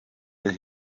and